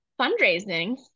fundraising